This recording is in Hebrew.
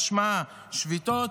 משמעה שביתות,